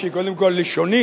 שהיא קודם כול לשונית,